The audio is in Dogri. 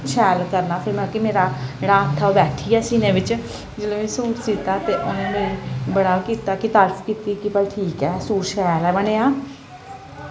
शैल करना फिर मतलव कि मेरा जेह्ड़ा इत्थें बैठियै सीह्ने बिच जेल्लै में सूट सीह्ता ते उनें मेरा बड़ा कीता कि तारीफ कीती कि भई ठीक ऐ सूट शैल ऐ बनेआ